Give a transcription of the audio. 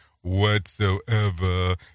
whatsoever